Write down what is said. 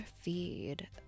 feed